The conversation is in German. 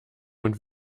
und